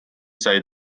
sai